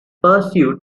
pursuit